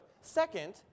Second